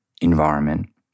environment